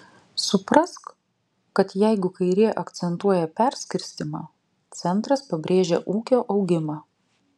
suprask kad jeigu kairė akcentuoja perskirstymą centras pabrėžia ūkio augimą